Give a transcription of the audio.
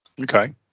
Okay